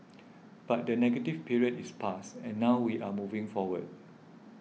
but the negative period is past and now we are moving forward